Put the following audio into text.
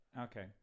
Okay